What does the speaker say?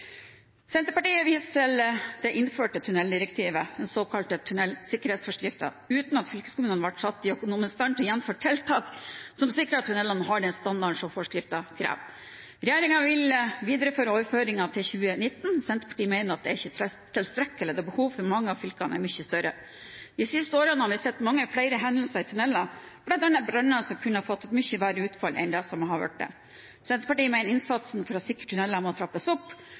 Senterpartiet viser til at regjeringen innførte EUs tunneldirektiv, den såkalte tunnelsikkerhetsforskriften, uten at fylkeskommunene ble satt i økonomisk stand til å gjennomføre tiltak som sikrer at tunnelene har den standarden som forskriften krever. Regjeringen vil videreføre overføringene til 2019. Senterpartiet mener det ikke er tilstrekkelig da behovet i mange av fylkene er mye større. De siste årene har vi sett mange flere hendelser i tunneler, bl.a. branner som kunne fått et mye verre utfall enn det som har blitt. Senterpartiet mener innsatsen for å sikre tunneler må trappes opp